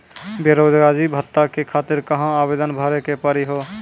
बेरोजगारी भत्ता के खातिर कहां आवेदन भरे के पड़ी हो?